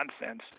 nonsense